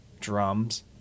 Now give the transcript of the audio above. drums